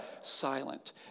silent